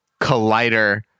Collider